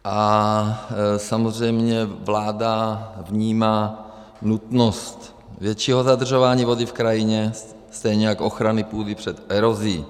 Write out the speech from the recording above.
A samozřejmě vláda vnímá nutnost většího zadržování vody v krajině, stejně jak ochrany půdy před erozí.